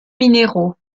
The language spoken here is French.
minéraux